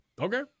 Okay